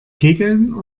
kegeln